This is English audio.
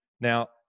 Now